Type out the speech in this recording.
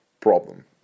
problem